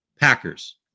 Packers